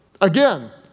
Again